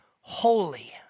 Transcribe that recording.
holy